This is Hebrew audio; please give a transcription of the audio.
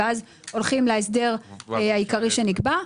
ואז הולכים להסדר העיקרי שנקבע.